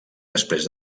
després